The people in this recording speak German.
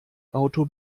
auto